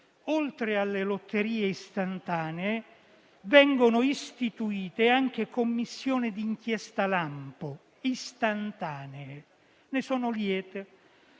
oltre alle lotterie istantanee vengono istituite anche commissioni di inchiesta lampo istantanee e ne sono lieto.